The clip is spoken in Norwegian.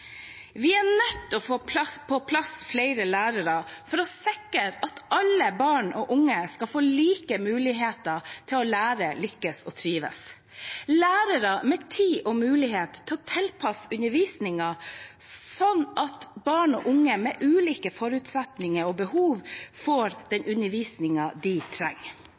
Vi er nødt til å få på plass flere lærere for å sikre at alle barn og unge får like muligheter til å lære, lykkes og trives. Vi trenger lærere med tid og mulighet til å tilpasse undervisningen slik at barn og unge med ulike forutsetninger og behov får den undervisningen de trenger.